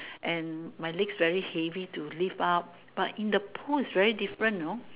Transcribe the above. and my legs very heavy to lift up but in the pool it's very different know